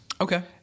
Okay